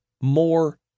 more